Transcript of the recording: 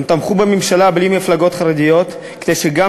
הם תמכו בממשלה בלי מפלגות חרדיות כדי שגם